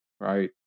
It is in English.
right